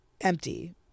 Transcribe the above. empty